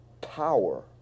power